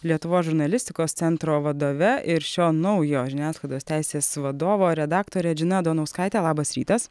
lietuvos žurnalistikos centro vadove ir šio naujo žiniasklaidos teisės vadovo redaktore džina donauskaite labas rytas